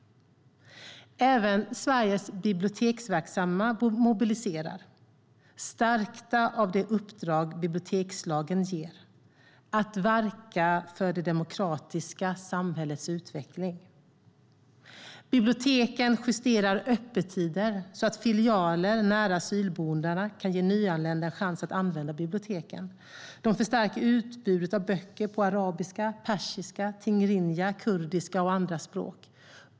Även Sveriges biblioteksverksamma mobiliserar, stärkta av det uppdrag bibliotekslagen ger: att verka för det demokratiska samhällets utveckling. Biblioteken justerar öppettider så att filialer nära asylboendena kan ge nyanlända chans att använda biblioteken. De förstärker utbudet av böcker på arabiska, persiska, tigrinja, kurdiska och andra språk.